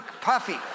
Puffy